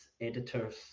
editors